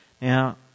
Now